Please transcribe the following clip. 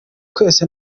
twese